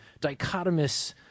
dichotomous